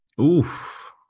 Oof